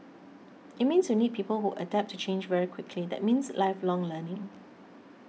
it means you need people who adapt to change very quickly that means lifelong learning